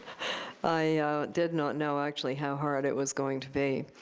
i did not know actually how hard it was going to be.